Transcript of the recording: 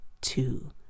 Two